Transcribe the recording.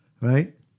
Right